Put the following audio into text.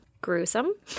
gruesome